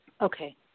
Okay